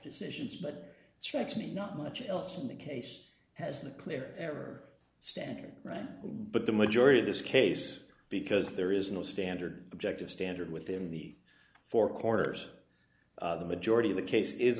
me not much else in that case has the clear ever standard right but the majority of this case because there is no standard objective standard within the four corners the majority of the case is